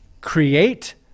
create